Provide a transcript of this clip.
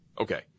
Okay